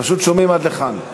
פשוט שומעים עד לכאן.